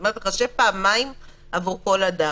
זאת אומרת, לחשב פעמיים עבור כל אדם.